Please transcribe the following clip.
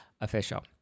official